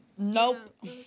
Nope